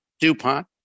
Dupont